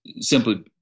simply